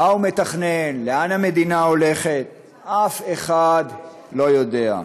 מה הוא מתכנן, לאן המדינה הולכת אף אחד לא יודע,